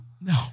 No